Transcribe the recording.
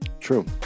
True